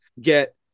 get